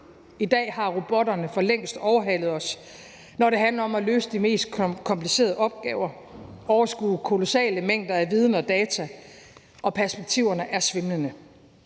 I dag har robotterne for længst overhalet os, når det handler om at løse de mest komplicerede opgaver og overskue kolossale mængder af viden og data, og perspektiverne er svimlende.